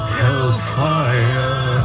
hellfire